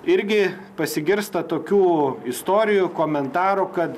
irgi pasigirsta tokių istorijų komentarų kad